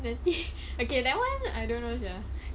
nanti okay that [one] I don't know sia